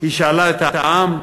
היא שאלה את העם?